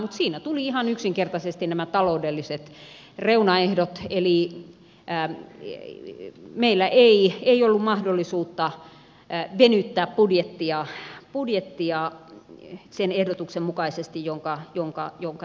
mutta siinä tulivat ihan yksinkertaisesti nämä taloudelliset reunaehdot vastaan eli meillä ei ollut mahdollisuutta venyttää budjettia sen ehdotuksen mukaisesti jonka tein